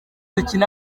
dukine